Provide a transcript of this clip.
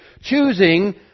choosing